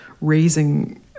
raising